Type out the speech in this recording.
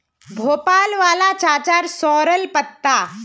भोपाल वाला चाचार सॉरेल पत्ते